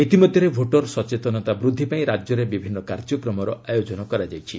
ଇତିମଧ୍ୟରେ ଭୋଟର ସଚେତନତା ବୃଦ୍ଧି ପାଇଁ ରାଜ୍ୟରେ ବିଭିନ୍ନ କାର୍ଯ୍ୟକ୍ରମର ଆୟୋଜନ କରାଯାଇଛି